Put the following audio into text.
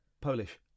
Polish